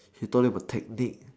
he taught him a technique